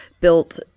built